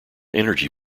energy